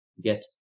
get